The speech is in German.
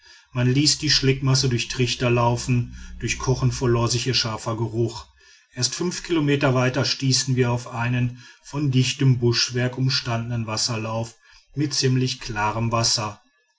man ließ die schlammasse durch tücher laufen durch kochen verlor sich ihr scharfer geruch erst fünf kilometer weiter stießen wir auf einen von dichtem buschwerk umstandenen wasserlauf mit ziemlich klarem wasser